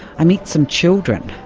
i meet some children,